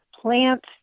plant